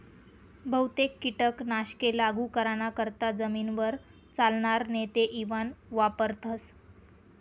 बहुतेक कीटक नाशके लागू कराना करता जमीनवर चालनार नेते इवान वापरथस